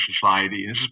society